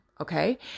Okay